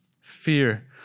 fear